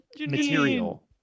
material